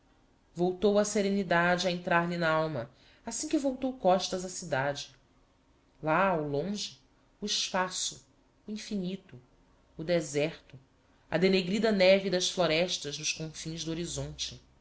voltou a serenidade a entrar-lhe na alma assim que voltou costas á cidade lá ao longe o espaço o infinito o deserto a denegrida neve das florestas nos confins do horizonte